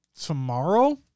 Tomorrow